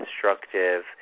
constructive